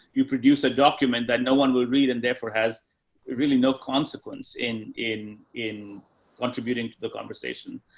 you produce a document that no one will read and therefore has really no consequence in, in, in contributing to the conversation.